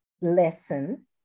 lesson